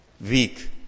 weak